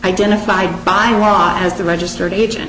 identified by law as the registered agent